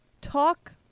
Talk